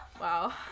Wow